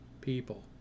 people